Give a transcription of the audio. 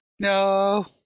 No